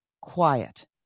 quiet